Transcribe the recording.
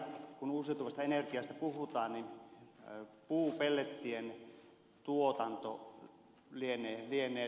kun uusiutuvasta energiasta puhutaan niin puupellettien tuotanto lienee tulossa